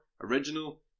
original